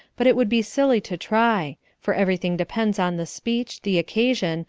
but it would be silly to try, for everything depends on the speech, the occasion,